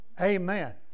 Amen